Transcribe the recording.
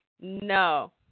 no